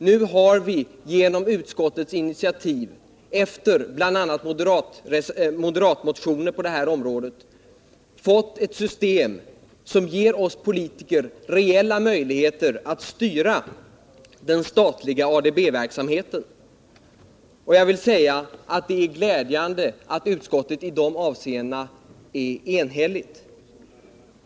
Nu har vi genom utskottets initiativ, efter bl.a. moderatmotioner, fått ett system som ger oss politiker reella möjligheter att styra den statliga ADB-verksamheten. Det är glädjande att utskottet i det avseendet är enigt.